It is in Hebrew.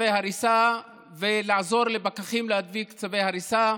צווי הריסה ולעזור לפקחים להדביק צווי הריסה.